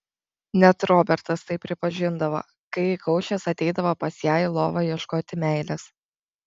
net robertas tai pripažindavo kai įkaušęs ateidavo pas ją į lovą ieškoti meilės